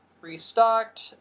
restocked